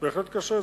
בהחלט קשה.